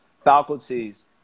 faculties